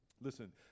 Listen